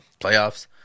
playoffs